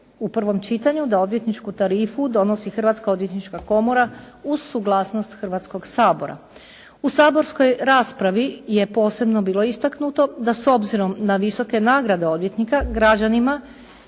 u prvom čitanju da odvjetničku tarifu donosi Hrvatska odvjetnička komora uz suglasnost Hrvatskog sabora. U saborskoj raspravi je posebno bilo istaknuto da s obzirom na visoke nagrade odvjetnika, građanima